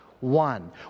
one